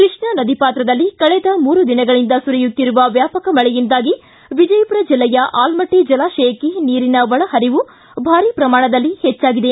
ಕೃಷ್ಣಾ ನದಿ ಪಾತ್ರದಲ್ಲಿ ಕಳೆದ ಮೂರು ದಿನಗಳಿಂದ ಸುರಿಯುತ್ತಿರುವ ವ್ಯಾಪಕ ಮಳೆಯಿಂದಾಗಿ ವಿಜಯಮರ ಜಿಲ್ಲೆಯ ಆಲಮಟ್ಟಿ ಜಲಾಶಯಕ್ಕೆ ನೀರಿನ ಒಳಹರಿವು ಭಾರಿ ಪ್ರಮಾಣದಲ್ಲಿ ಹೆಚ್ಚಾಗಿದೆ